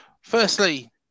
firstly